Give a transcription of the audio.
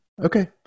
okay